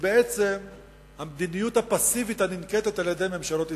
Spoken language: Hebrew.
היא המדיניות הפסיבית של ממשלות ישראל.